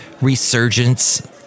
resurgence